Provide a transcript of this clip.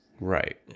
Right